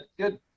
good